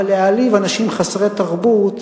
אבל להעליב אנשים חסרי תרבות,